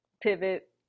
pivot